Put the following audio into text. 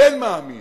כן מאמין